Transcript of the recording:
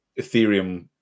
ethereum